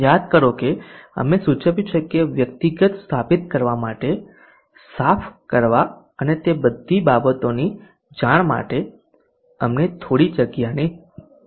યાદ કરો કે અમે સૂચવ્યું છે કે વ્યક્તિગત સ્થાપિત કરવા માટે સાફ કરવા અને તે બધી બાબતોની જાળવણી માટે અમને થોડી જગ્યાની જરૂર છે